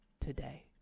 today